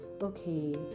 okay